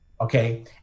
okay